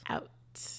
Out